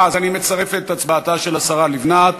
אז אני מצרף את הצבעתה של השרה לבנת,